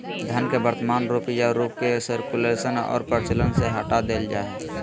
धन के वर्तमान रूप या रूप के सर्कुलेशन और प्रचलन से हटा देल जा हइ